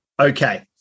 Okay